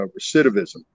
recidivism